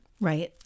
Right